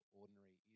ordinary